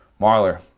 Marler